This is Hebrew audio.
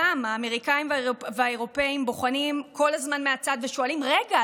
גם האמריקאים והאירופים בוחנים כל הזמן מהצד ושאלים: רגע,